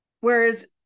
Whereas